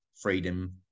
freedom